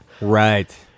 Right